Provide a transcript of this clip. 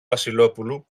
βασιλόπουλου